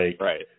right